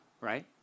right